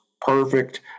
perfect